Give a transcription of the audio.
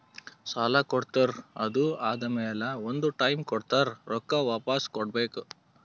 ಸಾಲಾ ಕೊಡ್ತಾರ್ ಅದು ಆದಮ್ಯಾಲ ಒಂದ್ ಟೈಮ್ ಕೊಡ್ತಾರ್ ರೊಕ್ಕಾ ವಾಪಿಸ್ ಕೊಡ್ಬೇಕ್